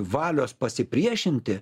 valios pasipriešinti